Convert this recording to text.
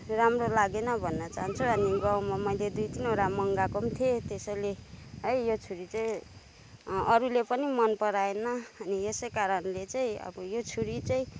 राम्रो लागेन भन्न चाहन्छु अनि गाउँमा मैले दुई तिनवटा मगाएको पनि थिएँ त्यसैले है यो छुरी चाहिँ अरूले पनि मन पराएन अनि यसै कारणले चाहिँ अब यो छुरी चाहिँ